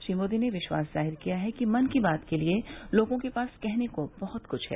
श्री मोदी ने विश्वास जाहिर किया है कि मन की बात के लिए लोगों के पास कहने को बहुत कुछ है